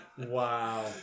wow